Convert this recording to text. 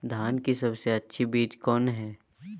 धान की सबसे अच्छा बीज कौन है?